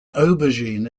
aubergine